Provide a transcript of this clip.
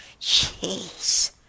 Jeez